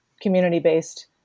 community-based